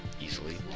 easily